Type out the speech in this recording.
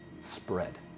Spread